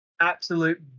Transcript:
Absolute